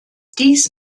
dies